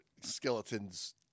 skeletons